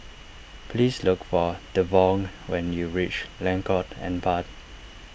please look for Devaughn when you reach Lengkok Empat